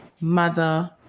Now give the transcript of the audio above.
mother